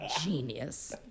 Genius